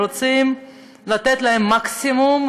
רוצים לתת להם מקסימום,